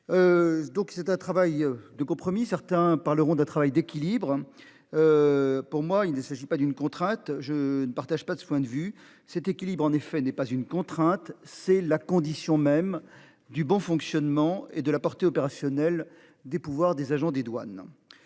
Donc c'est un travail de compromis. Certains parleront de travail d'équilibre. Pour moi, il ne s'agit pas d'une contrainte je ne partage pas ce point de vue cet équilibre en effet n'est pas une contrainte, c'est la condition même du bon fonctionnement et de la portée opérationnelle des pouvoirs des agents des douanes.